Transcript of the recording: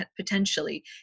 potentially